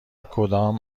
کدام